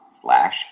slash